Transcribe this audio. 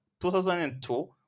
2002